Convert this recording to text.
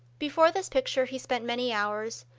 before this picture he spent many hours,